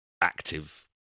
active